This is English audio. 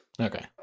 Okay